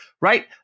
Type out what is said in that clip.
right